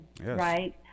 right